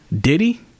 Diddy